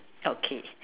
okay